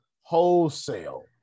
wholesale